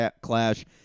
Clash